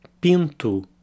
pinto